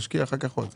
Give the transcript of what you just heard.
הוא ישקיע אחר כך עוד.